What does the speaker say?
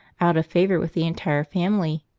out of favour with the entire family.